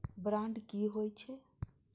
Bond की होई छै?